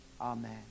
Amen